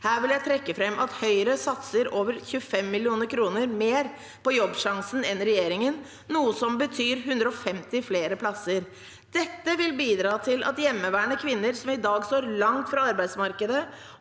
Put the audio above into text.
Her vil jeg trekke fram at Høyre satser over 25 mill. kr mer på Jobbsjansen enn regjeringen gjør, noe som betyr 150 flere plasser. Dette vil bidra til at hjemmeværende kvinner som i dag står langt fra arbeidsmarkedet,